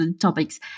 topics